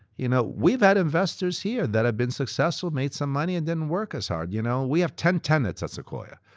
you know we had investors here that have been successful, made some money, and then work as hard. you know we have ten tenets at sequoia.